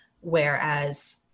whereas